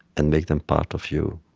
and make them part of you.